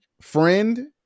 friend